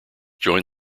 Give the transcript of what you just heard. joined